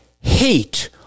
hate